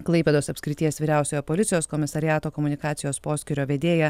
klaipėdos apskrities vyriausiojo policijos komisariato komunikacijos poskyrio vedėja